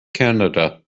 canada